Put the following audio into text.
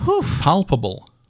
palpable